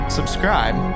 Subscribe